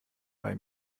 bei